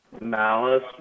malice